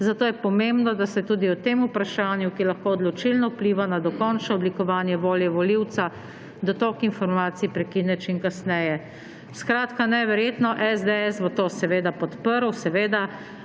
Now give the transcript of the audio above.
zato je pomembno, da se tudi o tem vprašanju, ki lahko odločilno vpliva na dokončno oblikovanje volje volivca, dotok informacij prekine čim kasneje …«. Skratka, neverjetno! SDS bo to seveda podprl, seveda.